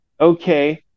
Okay